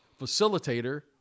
facilitator